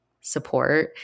support